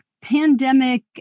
pandemic